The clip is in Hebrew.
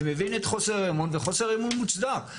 אני מבין את חוסר האמון וחוסר האמון מוצדק.